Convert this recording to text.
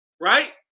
Right